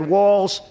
Walls